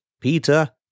Peter